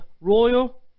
royal